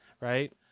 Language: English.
right